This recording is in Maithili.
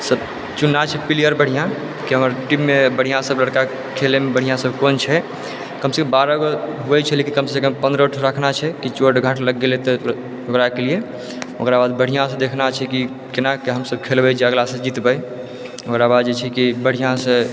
चुनाइ छै प्लयेर बढ़िऑं की हमर टीम मे बढ़िऑं सब लड़का खेलै मे बढ़िऑं सब कोन छै कम सँ कम बारहगो होइ छै लेकिन कम सँ कम पन्द्रहठो रखना छै की चोट घाट लग गेलै तऽ ओकरा के लिए ओकराबाद बढ़िऑं सँ देखना छै कि केना कए हमसब खेलबै जे अगला सँ जितबै ओकराबाद जे छै की बढ़िऑं सँ